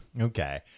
Okay